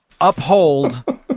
uphold